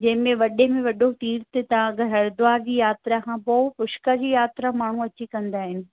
जंहिंमें वॾे में वॾो थीर्थ ता हरिद्वार जी यात्रा खां पोइ पुष्कर जी यात्रा माण्हू अची कंदा आहिनि